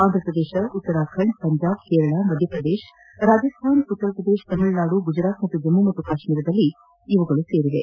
ಅಂಧ್ರಪ್ರದೇಶ ಉತ್ತರಾಖಂಡ ಪಂಜಾಬ್ ಕೇರಳ ಮಧ್ಯಪ್ರದೇಶ ರಾಜಾಸ್ವಾನ ಉತ್ತರ ಪ್ರದೇಶ ತಮಿಳುನಾಡು ಗುಜರಾತ್ ಮತ್ತು ಜಮ್ಮು ಮತ್ತು ಕಾಶ್ಮೀರ ಇದರಲ್ಲಿ ಸೇರಿವೆ